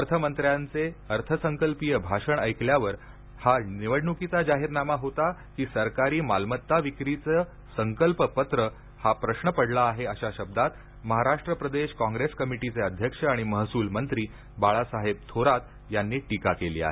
अर्थमंत्र्यांचे अर्थसंकल्पीय भाषण ऐकल्यावर हा निवडणुकीचा जाहीरनामा होता की सरकारी मालमत्ता विक्रीचे संकल्पपत्र हा प्रश्न पडला आहे अशा शब्दात महाराष्ट्र प्रदेश काँग्रेस कमिटीचे अध्यक्ष आणि महसूलमंत्री बाळासाहेब थोरात यांनी टीका केली आहे